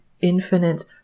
infinite